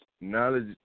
knowledge